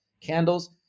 candles